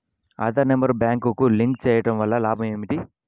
Aadhaar number బ్యాంక్నకు link చేయుటవల్ల లాభం ఏమిటి?